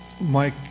Mike